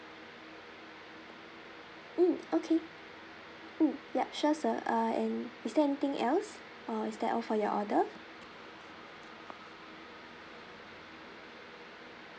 mm okay mm ya sure sir uh and is there anything else uh is that all for your order